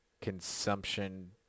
consumption